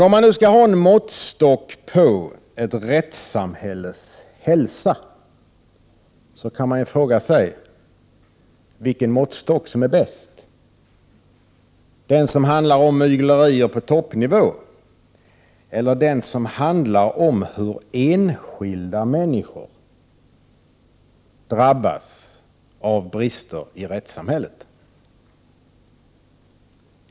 Om man nu skall ha en måttstock på ett rättssamhälles hälsa, kan man fråga sig vilken måttstock som är bäst. Är det den som handlar om myglerier på toppnivå, eller är det den som handlar om hur enskilda människor drabbas av brister i rättssamhället?